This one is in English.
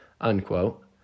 unquote